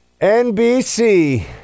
nbc